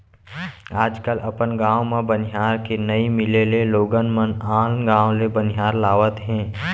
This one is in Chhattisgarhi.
आज कल अपन गॉंव म बनिहार के नइ मिले ले लोगन मन आन गॉंव ले बनिहार लावत हें